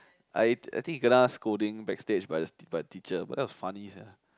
I I think he kena scolding backstage by the by the teacher but that was funny sia